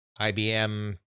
IBM